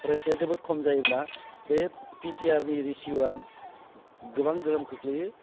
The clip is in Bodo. फरायसाया जोबोद खम जायोब्ला बे पिटिआरनि रेसिय'आ गोबां गोहोम खोख्लैयो